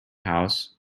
house